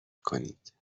کنید